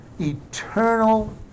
Eternal